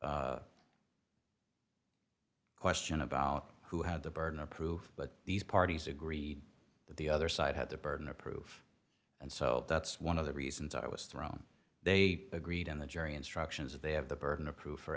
son's question about who had the burden of proof but these parties agreed that the other side had the burden of proof and so that's one of the reasons i was thrown they agreed in the jury instructions they have the burden of proof for